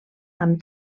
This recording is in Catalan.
amb